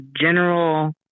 general